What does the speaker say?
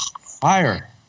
Fire